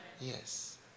Yes